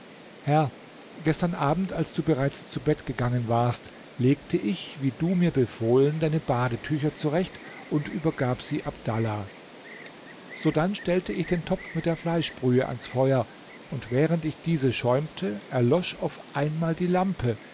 herr gestern abend als du bereits zu bett gegangen warst legte ich wie du mir befohlen deine badetücher zurecht und übergab sie abdallah sodann stellte ich den topf mit der fleischbrühe ans feuer und während ich diese schäumte erlosch auf einmal die lampe